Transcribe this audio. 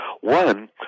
One